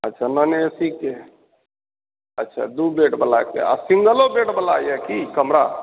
अच्छा नॉन एसीके अच्छा दू बेडबलाके आ सिंगलो बेडबला यऽ कि कमरा